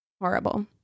Horrible